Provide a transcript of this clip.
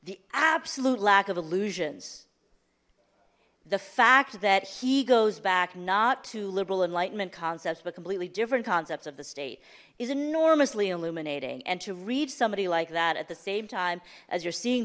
the absolute lack of illusions the fact that he goes back not too liberal enlightenment concepts but completely different concepts of the state is enormous illuminating and to read somebody like that at the same time as you're seeing